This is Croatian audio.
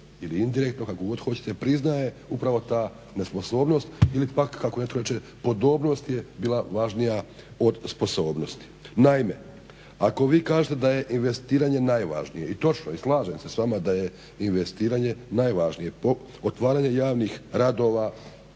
ili indirektno kako god hoćete priznaje upravo ta nesposobnost ili pak kako netko reče podobnost je bila važnija od sposobnosti. Naime, ako vi kažete da je investiranje najvažnije i točno je i slažem se s vama da je investiranje najvažnije, otvaranje javnih radova,